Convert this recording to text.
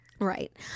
Right